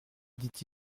dit